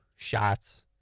Shots